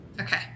Okay